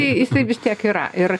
jisai vis tiek yra ir